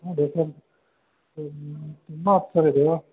ಅದೆ ಸರ್ ತುಂಬ ಆತು ಸರ್ ಇದು